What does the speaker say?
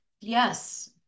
Yes